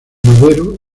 madero